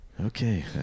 Okay